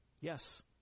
Yes